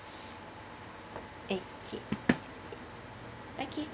okay okay